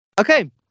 okay